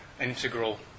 integral